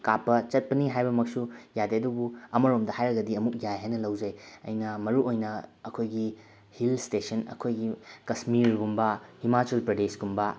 ꯀꯥꯞꯄ ꯆꯠꯄꯅꯤ ꯍꯥꯏꯕꯃꯛꯁꯨ ꯌꯥꯗꯦ ꯑꯗꯨꯕꯨ ꯑꯃꯔꯣꯝꯗ ꯍꯥꯏꯔꯒꯗꯤ ꯑꯃꯨꯛ ꯌꯥꯏ ꯍꯥꯏꯅ ꯂꯧꯖꯩ ꯑꯩꯅ ꯃꯔꯨꯑꯣꯏꯅ ꯑꯩꯈꯣꯏꯒꯤ ꯍꯤꯜ ꯏꯁꯇꯦꯁꯟ ꯑꯩꯈꯣꯏꯒꯤ ꯀꯥꯁꯃꯤꯔꯒꯨꯝꯕ ꯍꯤꯃꯥꯆꯜ ꯄ꯭ꯔꯗꯦꯁꯀꯨꯝꯕ